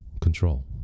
control